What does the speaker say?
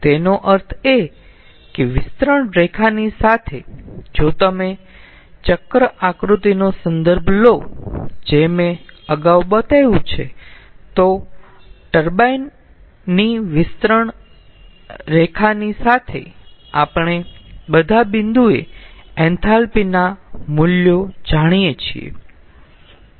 તેનો અર્થ એ કે વિસ્તરણ રેખાની સાથે જો તમે ચક્ર આકૃતિનો સંદર્ભ લો જે મેં અગાઉ બતાવ્યું છે તો ટર્બાઇન ની વિસ્તરણ રેખાની સાથે આપણે બધા બિંદુએ એન્થાલ્પી ના મૂલ્યો જાણીએ છીએ